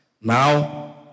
Now